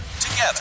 together